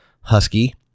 Husky